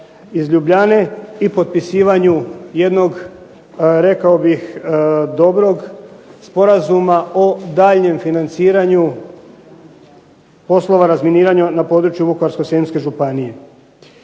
iz Ljubljane i potpisivanju jednog, rekao bih, dobrog sporazuma o daljnjem financiranju poslova razminiranja na području Vukovarsko-srijemske županije.